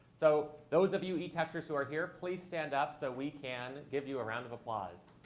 so those of you etexters who are here, please stand up so we can give you a round of applause.